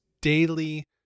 daily